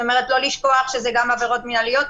לא לשכוח שזה גם עבירות מינהליות,